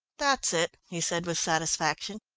that's it, he said with satisfaction.